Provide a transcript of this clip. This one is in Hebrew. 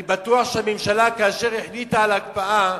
אני בטוח שהממשלה, כאשר החליטה על הקפאה,